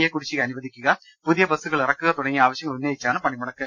A കുടിശ്ശിക അനുവദിക്കുക പുതിയ ബസ്സുകൾ ഇറക്കുക തുട ങ്ങിയ ആവശ്യങ്ങൾ ഉന്നയിച്ചാണ് പണിമുടക്ക്